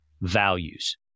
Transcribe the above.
values